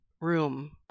room